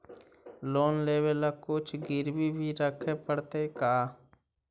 Loan लेबे ल कुछ गिरबी भी रखे पड़तै का?